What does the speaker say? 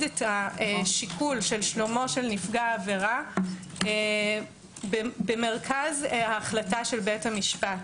את השיקול של שלומו של נפגע העבירה במרכז החלטת בית המשפט,